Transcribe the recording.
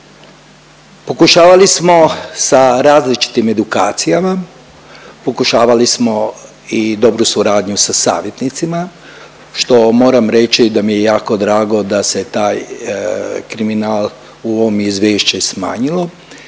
Pokušavali smo sa različitim edukacijama, pokušavali smo i dobru suradnju sa savjetnicima, što moram reći da mi je jako drago da se taj kriminal u ovom izvješće smanjilo